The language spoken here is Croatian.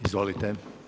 Izvolite.